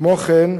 כמו כן,